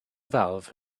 valve